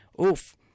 Oof